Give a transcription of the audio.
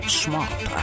smart